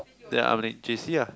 then I'm like J_C lah